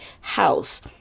house